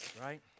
right